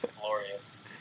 Glorious